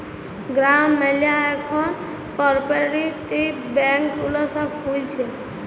গ্রাম ম্যালা এখল cooperative bank গুলা সব খুলছে